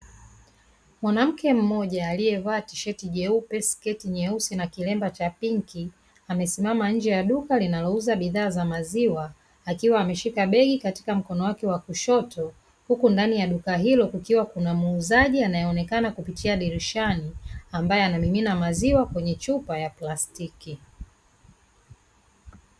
Mwanamke mmoja aliyevaa tisheti jeupe, sketi nyeusi na kilemba cha pinki; amesimama nje ya duka linalouza bidhaa za maziwa, akiwa ameshika begi katika mkono wake wa kushoto huku ndani ya duka hilo kuna muuzaji anayeonekana kupitia dirishani; ambaye anamimina maziwa kwenye chupa ya plastiki.